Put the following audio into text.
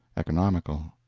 economical.